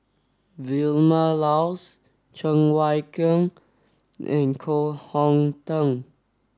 Vilma Laus Cheng Wai Keung and Koh Hong Teng